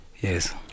Yes